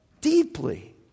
deeply